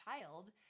child